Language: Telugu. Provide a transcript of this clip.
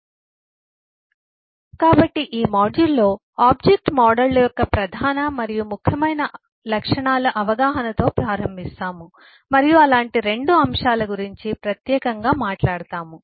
సమయం 0248 స్లైడ్ చూడండి కాబట్టి ఈ మాడ్యూల్లో ఆబ్జెక్ట్ మోడళ్ల యొక్క ప్రధాన మరియు ముఖ్యమైన లక్షణాల అవగాహనతో ప్రారంభిస్తాము మరియు అలాంటి 2 అంశాల గురించి ప్రత్యేకంగా మాట్లాడుతాము